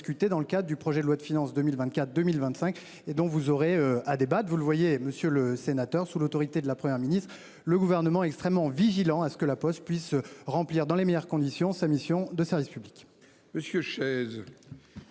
dans le cas du projet de loi de finances 2024 2025 et dont vous aurez à débattre, vous le voyez, Monsieur le Sénateur, sous l'autorité de la Première ministre, le gouvernement extrêmement vigilants à ce que la Poste puisse remplir dans les meilleures conditions, sa mission de service public.